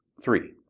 Three